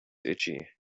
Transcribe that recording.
itchy